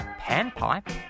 panpipe